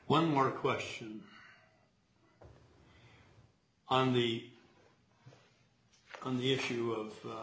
one more question on the on the issue of